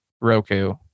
Roku